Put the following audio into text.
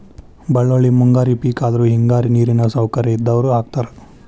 ಬಳ್ಳೋಳ್ಳಿ ಮುಂಗಾರಿ ಪಿಕ್ ಆದ್ರು ಹೆಂಗಾರಿಗು ನೇರಿನ ಸೌಕರ್ಯ ಇದ್ದಾವ್ರು ಹಾಕತಾರ